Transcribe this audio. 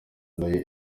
nayo